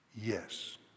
yes